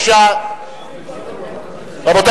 רבותי,